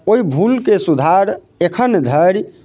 ओइ भूलके सुधार एखन धरि